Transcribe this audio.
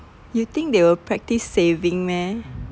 you think they will practice saving meh